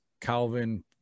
Calvin